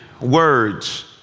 words